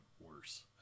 worse